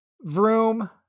Vroom